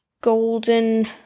golden